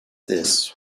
this